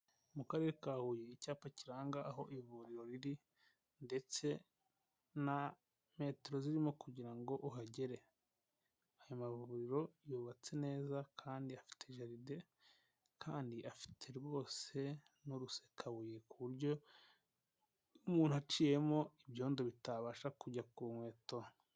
Mu karere ka Huye, icyapa cyiranga aho ivuriro riri ndetse na metero zirimo kugira ngo uhagere, aya mavuriro yubatse neza kandi afite jaride, kandi afite rwose n'urusekabuye ku buryo umuntu aciyemo ibyondo bitabasha kujya ku nkweto.